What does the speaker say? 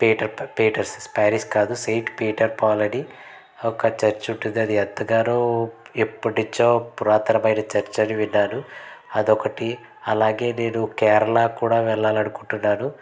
Peter బ Peters Paris కాదు Saint Peter Paul అని ఒక చర్చ్ ఉంటుంది అది ఎంతగానో ఎప్పటినుంచో పురాతనమైన చర్చ్ అని విన్నాను అదొకటి అలాగే నేను కేరళ కూడా వెళ్ళాలనుకుంటున్నాను